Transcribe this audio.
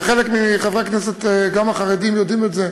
וחלק מחברי הכנסת, גם החרדים, יודעים את זה.